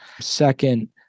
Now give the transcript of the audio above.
Second